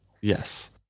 Yes